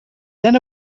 then